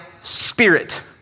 spirit